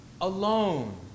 alone